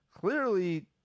clearly